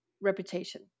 reputation